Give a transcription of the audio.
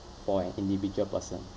for an individual person